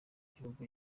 gihugu